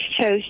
chose